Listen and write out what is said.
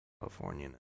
California